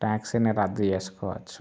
ట్యాక్సీని రద్దు చేసుకోవచ్చు